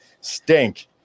stink